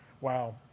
Wow